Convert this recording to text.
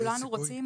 כולנו רוצים,